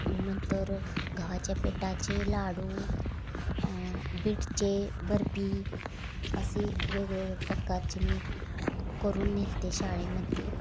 नंतर गव्हाच्या पिठाचे लाडू बीटचे बर्फी असे वेगवेगळे प्रकारचे मी करून नेले होते शाळेमध्ये